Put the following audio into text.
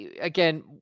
again